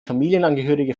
familienangehörige